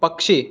पक्षी